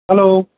hello